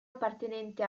appartenente